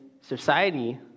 society